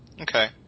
Okay